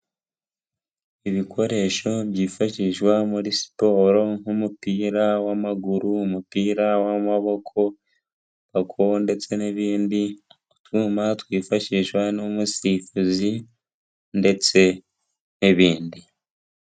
Ibikoresho byifashishwa muri siporo nk'umupira w'amaguru, umupira w'amaboko ndetse n'ibindi, utwuma twifashishwa n'umusifuzi ndetse n'ibindi.